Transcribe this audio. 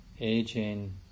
aging